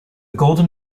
golden